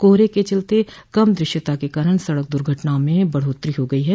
कोहरे के चलते कम दृश्यता के कारण सड़क दुर्घटनाओं में बढ़ोत्तरी हो गयी है